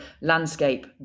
landscape